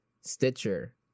Stitcher